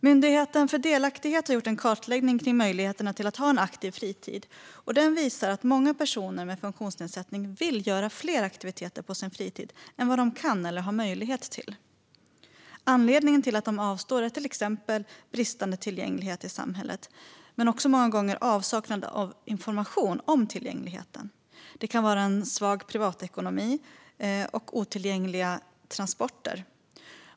Myndigheten för delaktighet har gjort en kartläggning av möjligheterna att ha en aktiv fritid, och den visar att många personer med funktionsnedsättning vill göra fler aktiviteter på sin fritid än de kan eller har möjlighet till. Anledningen till att de avstår är till exempel bristande tillgänglighet i samhället men också många gånger avsaknad av information om tillgänglighet. Det kan också handla om en svag privatekonomi eller otillgängliga transporter.